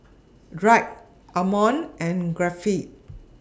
Drake Ammon and Griffith